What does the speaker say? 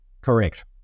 Correct